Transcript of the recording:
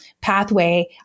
pathway